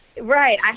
right